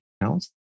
house